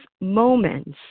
moments